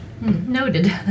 Noted